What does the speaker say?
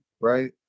right